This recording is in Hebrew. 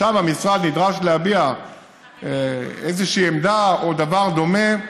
שם המשרד נדרש להביע איזושהי עמדה או דבר דומה.